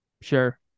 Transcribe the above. Sure